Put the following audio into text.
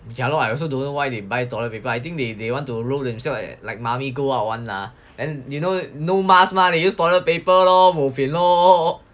ya lor I also don't know why they buy toilet paper I think they they want to roll themselves like mummy go out [one] lah and you know no mask mah use toilet paper lor bopian lor